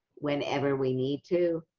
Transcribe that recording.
whenever we need to,